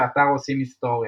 באתר "עושים היסטוריה"